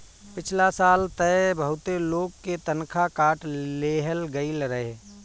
पिछला साल तअ बहुते लोग के तनखा काट लेहल गईल रहे